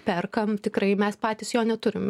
perkae tikrai mes patys jo neturim